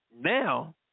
Now